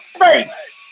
face